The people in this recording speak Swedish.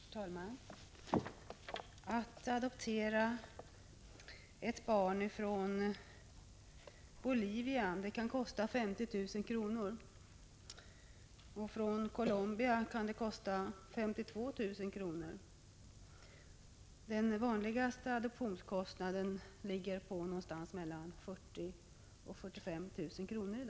Herr talman! Att adoptera ett barn från Bolivia kan kosta 50 000 kr., ett barn från Colombia 52 000 kr. Den vanligaste adoptionskostnaden ligger i dag på 40 000-45 000 kr.